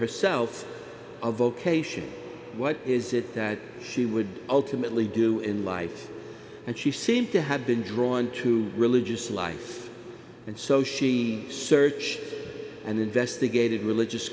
herself a vocation what is it that she would ultimately do in life and she seemed to have been drawn to religious life and so she searched and investigated religious